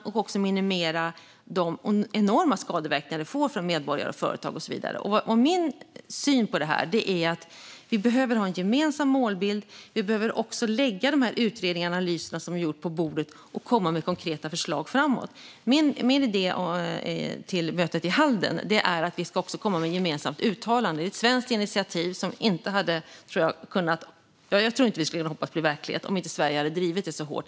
Vi måste även minimera de enorma skadeverkningar det får för medborgare, företag och så vidare. Min syn på detta är att vi behöver ha en gemensam målbild. Vi behöver också lägga de utredningar och analyser som har gjorts på bordet och komma med konkreta förslag för framtiden. Min idé till mötet i Halden är att vi ska komma med ett gemensamt uttalande. Det är ett svenskt initiativ. Jag tror inte att vi hade kunnat hoppas på att det skulle bli verklighet om inte Sverige hade drivit det så hårt.